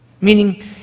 Meaning